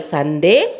Sunday